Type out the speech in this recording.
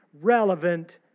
Relevant